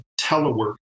telework